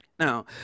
now